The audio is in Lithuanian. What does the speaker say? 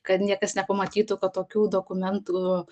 kad niekas nepamatytų kad tokių dokumentų